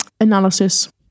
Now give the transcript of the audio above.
analysis